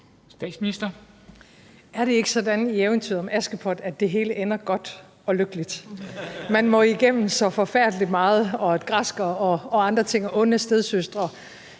Er det ikke sådan i eventyret om Askepot, at det hele ender godt og lykkeligt? Man må igennem så forfærdelig meget, et græskar, onde stedsøstre